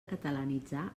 catalanitzar